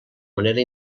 manera